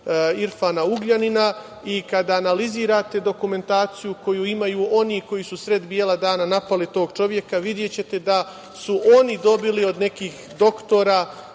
Irfana Ugljanina, i kada analizirate dokumentaciju koju imaju oni koji su u sred bela dana napali tog čoveka, videćete da su oni dobili od nekih doktora,